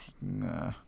Nah